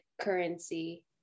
currency